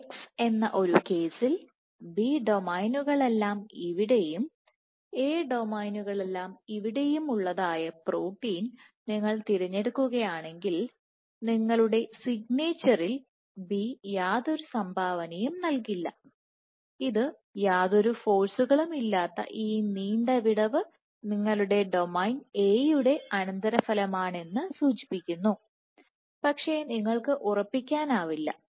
അതിനാൽ X എന്ന ഒരു കേസിൽ B ഡൊമെയ്നുകളെല്ലാം ഇവിടെയും A ഡൊമെയ്നുകളെല്ലാം ഇവിടെയുള്ളതുമായ പ്രോട്ടീൻ നിങ്ങൾ തിരഞ്ഞെടുക്കുകയാണെങ്കിൽ നിങ്ങളുടെ സിഗ്നേച്ചറിൽ B യാതൊരു സംഭാവനയും നൽകില്ല ഇത് യാതൊരു ഒരു ഫോഴ്സുകളും ഇല്ലാത്ത ഈ നീണ്ട വിടവ് നിങ്ങളുടെ ഡൊമെയ്ൻ A യുടെ അനന്തരഫലമാണെന്ന് സൂചിപ്പിക്കുന്നു പക്ഷേ നിങ്ങൾക്ക് ഉറപ്പിക്കാനാവില്ല